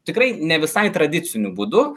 tikrai ne visai tradiciniu būdu